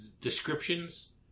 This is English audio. descriptions